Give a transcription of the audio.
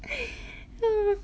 hmm